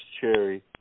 cherry